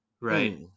right